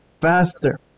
faster